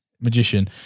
magician